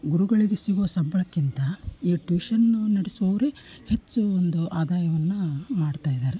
ಗುರುಗಳಿಗೆ ಸಿಗುವ ಸಂಬಳಕ್ಕಿಂತ ಈ ಟ್ಯೂಷನ್ನು ನಡೆಸುವವರೇ ಹೆಚ್ಚು ಒಂದು ಆದಾಯವನ್ನು ಮಾಡ್ತಾ ಇದ್ದಾರೆ